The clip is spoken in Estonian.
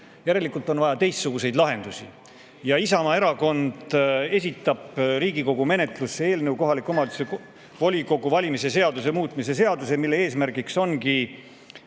Järelikult on vaja teistsuguseid lahendusi. Isamaa Erakond esitab Riigikogu menetlusse kohaliku omavalitsuse volikogu valimise seaduse muutmise seaduse eelnõu, mille eesmärk on